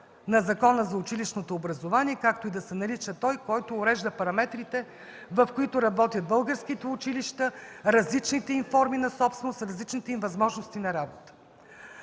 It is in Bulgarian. на Закона за училищното образование, както и да се нарича той, който урежда параметрите, в които работят българските училища, различните им форми на собственост, различните им възможности на работа.